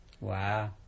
Wow